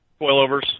coilovers